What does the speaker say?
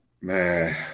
Man